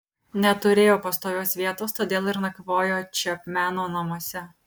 neturėjo pastovios vietos todėl ir nakvojo čepmeno namuose